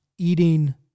Eating